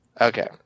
Okay